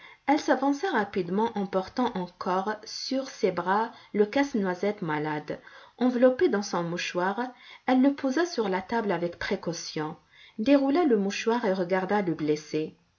elle s'avança rapidement en portant encore sur ses bras le casse-noisette malade enveloppé dans son mouchoir elle le posa sur la table avec précaution déroula le mouchoir et regarda le blessé